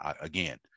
again